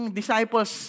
disciples